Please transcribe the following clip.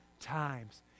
times